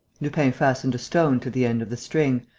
lupin fastened a stone to the end of the string,